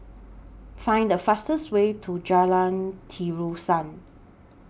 Find The fastest Way to Jalan Terusan